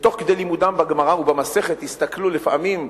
ותוך כדי לימודם בגמרא ובמסכת הסתכלו לפעמים,